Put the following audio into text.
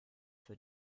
für